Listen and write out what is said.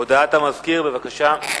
הודעת המזכיר, בבקשה.